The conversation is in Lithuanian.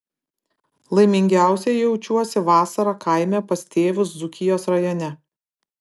laimingiausia jaučiuosi vasarą kaime pas tėvus dzūkijos rajone